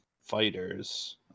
fighters